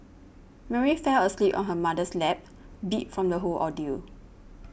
Mary fell asleep on her mother's lap beat from the whole ordeal